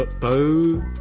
Bo